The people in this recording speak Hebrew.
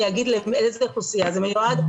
אני אגיד לאיזה אוכלוסייה זה מיועד.